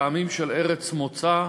טעמים של ארץ מוצא,